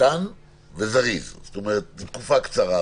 קטן וזריז, זאת אומרת לתקופה קצרה.